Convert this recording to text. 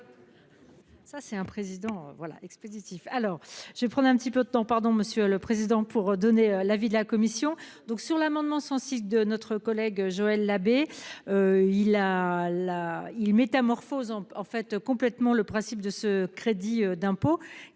Ça, c'est un président voilà expéditif. Alors je vais prendre un petit peu de temps. Pardon, Monsieur le Président pour donner l'avis de la commission donc sur l'amendement 106 de notre collègue Joël Labbé. Il a la il métamorphose en fait complètement le principe de ce crédit d'impôt